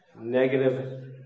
negative